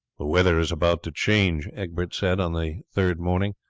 the weather is about to change, egbert said on the third morning.